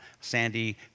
sandy